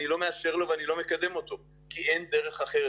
אני לא מאשר לו ואני לא מקדם אותו כי אין דרך אחרת.